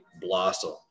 blossomed